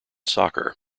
soccer